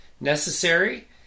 necessary